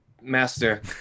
master